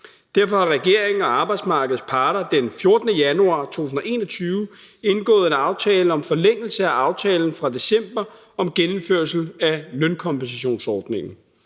derfor har regeringen og arbejdsmarkedets parter den 14. januar 2021 indgået en aftale om forlængelse af aftalen fra december om genindførelse af lønkompensationsordningen.